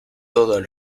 todos